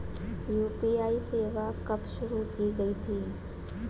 UPI सेवा कब शुरू की गई थी?